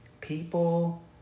people